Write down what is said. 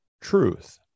truth